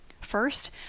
First